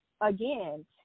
again